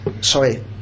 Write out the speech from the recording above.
sorry